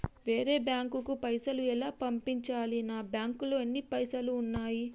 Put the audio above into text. వేరే బ్యాంకుకు పైసలు ఎలా పంపించాలి? నా బ్యాంకులో ఎన్ని పైసలు ఉన్నాయి?